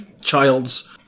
child's